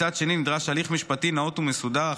מצד שני נדרש הליך משפטי נאות ומסודר,